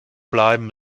bleiben